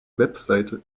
website